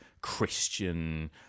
Christian